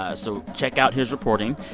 ah so check out his reporting.